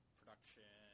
production